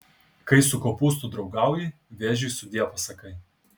kai su kopūstu draugauji vėžiui sudie pasakai